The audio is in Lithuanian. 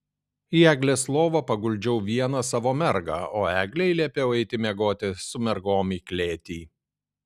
į eglės lovą paguldžiau vieną savo mergą o eglei liepiau eiti miegoti su mergom į klėtį